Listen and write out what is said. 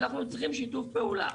אנחנו צריכים שיתוף פעולה.